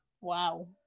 Wow